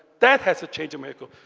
that has to change in mexico.